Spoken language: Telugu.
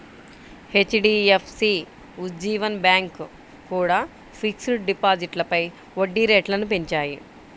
హెచ్.డి.ఎఫ్.సి, ఉజ్జీవన్ బ్యాంకు కూడా ఫిక్స్డ్ డిపాజిట్లపై వడ్డీ రేట్లను పెంచాయి